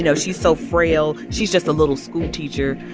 and she's so frail. she's just a little schoolteacher.